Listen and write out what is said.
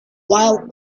while